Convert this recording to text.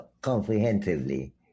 comprehensively